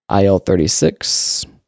IL-36